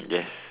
yes